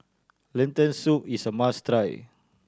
Lentil Soup is a must try